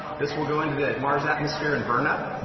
this will go into that mars atmosphere and burn up,